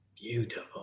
beautiful